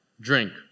drink